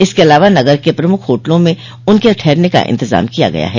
इसके अलावा नगर के प्रमुख होटलों में उनके ठहरने का इंतजाम किया गया है